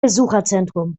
besucherzentrum